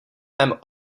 mém